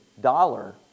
dollar